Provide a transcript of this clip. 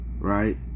right